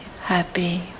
happy